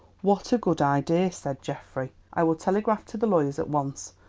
what a good idea, said geoffrey. i will telegraph to the lawyers at once.